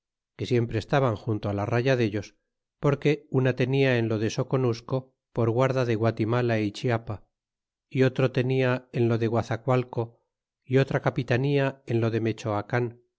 que siempre estaban junto la raya dellos porque una tenia en lo de soconusco por guarda de guatimala y chiapa y otro tenia en lo de guazacualco y otra capitanía en lo de mechoacan